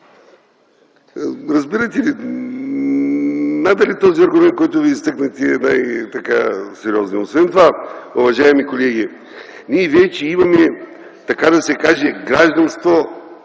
Разбирате ли? Надали този аргумент, който Вие изтъкнахте, е най-сериозният. Освен това, уважаеми колеги, ние вече имаме, така да се каже, гражданство